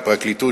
והפרקליטות,